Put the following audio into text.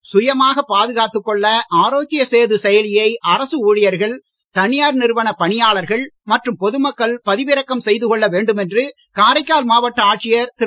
corona தொற்று பரவலில் இருந்து சுயமாக பாதுகாத்துக் கொள்ள ஆரோக்யசேது செயலியை அரசு ஊழியர்கள் தனியார் நிறுவன பணியாளர்கள் மற்றும் பொதுமக்கள் பதவிறக்கம் செய்துகொள்ள வேண்டும் என்று காரைக்கால் மாவட்ட ஆட்சியர் திரு